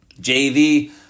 JV